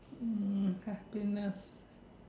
um happiness